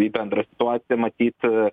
į bendrą situaciją matyt